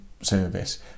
service